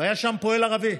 והיה שם פועל ערבי.